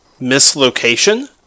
mislocation